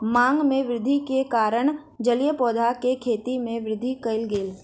मांग में वृद्धि के कारण जलीय पौधा के खेती में वृद्धि कयल गेल